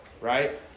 right